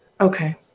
Okay